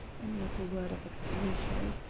and not a word of explanation.